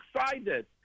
excited